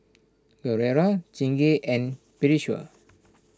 Gilera Chingay and Pediasure